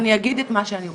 אני אגיד את מה שאני רוצה.